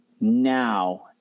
now